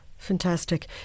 Fantastic